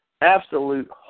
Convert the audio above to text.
Absolute